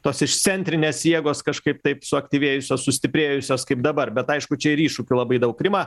tos išcentrinės jėgos kažkaip taip suaktyvėjusios sustiprėjusios kaip dabar bet aišku čia ir iššūkių labai daug rima